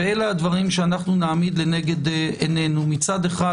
ואלה הדברים שנעמיד לנגד עינינו מצד אחד,